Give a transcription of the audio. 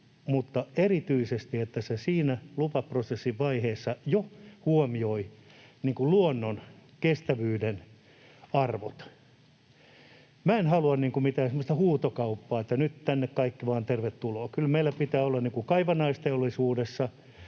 mutta erityisesti että se siinä lupaprosessivaiheessa jo huomioi luonnon kestävyyden arvot. Minä en halua niin kuin mitään semmoista huutokauppaa, että nyt tänne kaikki vain tervetuloa. Kyllä meillä pitää olla kaivannaisteollisuudessa